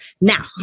Now